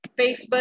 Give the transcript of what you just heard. Facebook